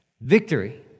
Victory